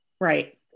Right